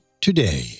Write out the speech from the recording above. today